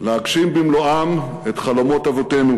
להגשים במלואם את חלומות אבותינו,